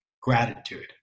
Gratitude